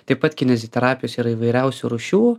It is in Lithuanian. taip pat kineziterapijos yra įvairiausių rūšių